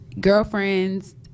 girlfriends